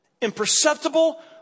imperceptible